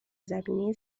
زمینه